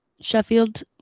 sheffield